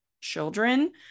children